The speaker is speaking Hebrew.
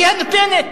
היא הנותנת.